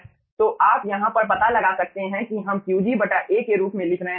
तो आप यहाँ पर पता लगा सकते हैं कि हम Qg A के रूप में लिख रहे हैं